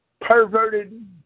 perverted